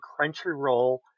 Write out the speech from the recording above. Crunchyroll